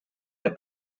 der